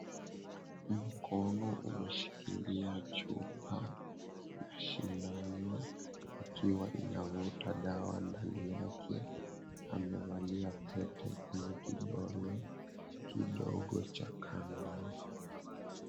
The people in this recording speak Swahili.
Mkono umeshikia chupa na sindano ikiwa inavuta dawa. Ndani yake amevalia pete kwenye kidole kidogo cha kando.